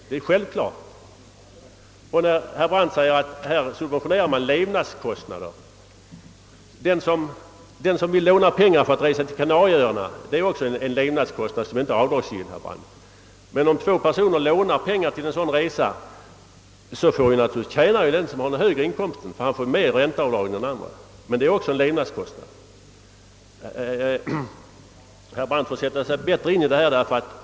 Herr Brandt säger att här subventioneras levnadskostnader. Utgiften för en resa till Kanarieöarna är också en levnadskostnad som inte är avdragsgill. Men om två personer lånar pengar till en sådan resa får naturligtvis den som har högre inkomster mer skatteavdrag för räntan än den som har en lägre inkomst. Herr Brandt får sätta sig bättre in i dessa problem.